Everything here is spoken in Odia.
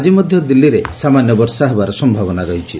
ଆଜି ମଧ୍ୟ ଦିଲ୍ଲୀର ସାମାନ୍ୟ ବର୍ଷା ହେବାର ସମ୍ଭାବନା ରହିଛି